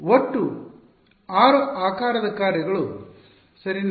ಆದ್ದರಿಂದ ಒಟ್ಟು 6 ಆಕಾರದ ಕಾರ್ಯಗಳು ಸರಿನಾ